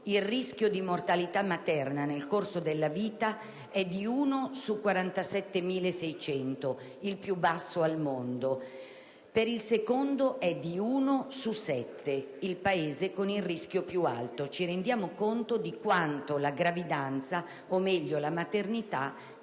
il rischio di mortalità materna nel corso della vita è di 1 su 47.600 (il più basso al mondo) mentre per il secondo è di 1 su 7 (il Paese con il rischio più alto), ci rendiamo conto di quanto la gravidanza, o meglio la maternità,